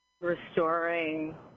restoring